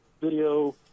video